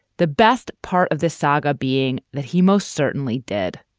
the best part of this saga being that he most certainly did.